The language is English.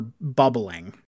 bubbling